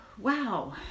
Wow